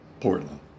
Portland